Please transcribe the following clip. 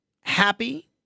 happy